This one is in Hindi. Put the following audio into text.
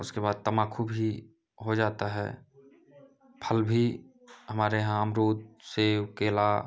उसके बाद तमाकू भी हो जाता है फल भी हमारे यहाँ अमरूद सेब केला